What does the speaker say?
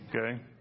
Okay